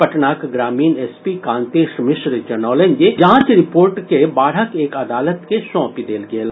पटनाक ग्रामीण एसपी कांतेश मिश्र जनौलनि जे जांच रिपोर्ट के बाढ़क एक अदालत के सौंपि देल गेल अछि